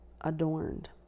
adorned